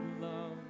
love